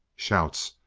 shouts,